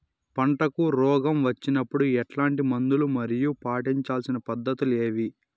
పంటకు రోగం వచ్చినప్పుడు ఎట్లాంటి మందులు మరియు పాటించాల్సిన పద్ధతులు ఏవి?